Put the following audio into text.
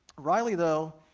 reilly, though,